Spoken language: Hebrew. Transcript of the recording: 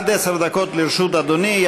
עד עשר דקות לרשות אדוני.